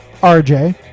rj